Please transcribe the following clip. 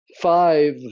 five